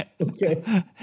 Okay